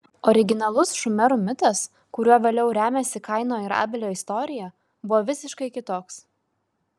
originalus šumerų mitas kuriuo vėliau remiasi kaino ir abelio istorija buvo visiškai kitoks